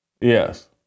Yes